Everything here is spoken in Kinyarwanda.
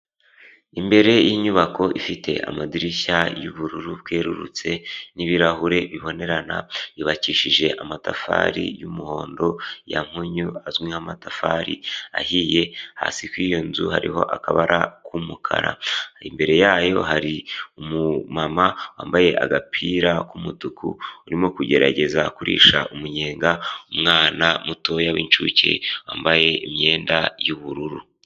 Imbere y'inyubako ifite amadirishya y'ubururu bwerurutse n'ibirahure bibonerana, yubakishije amatafari y'umuhondo ya mpunyu azwi nk'amatafari ahiye hasi kuri iyo nzu hariho akabara k'umukara, imbere yayo hari umumama wambaye agapira k'umutuku urimo kugerageza kurisha umunyenga, umwana mutoya w'inshuke wambaye imyenda y'ubururu.